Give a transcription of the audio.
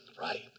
right